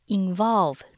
involve